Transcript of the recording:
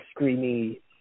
screamy